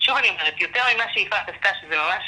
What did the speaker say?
שוב אני אומרת, יותר ממה שיפעת עשתה, שזה ממש